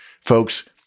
Folks